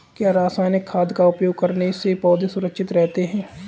क्या रसायनिक खाद का उपयोग करने से पौधे सुरक्षित रहते हैं?